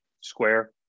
Square